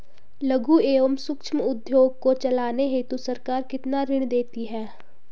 लघु एवं सूक्ष्म उद्योग को चलाने हेतु सरकार कितना ऋण देती है?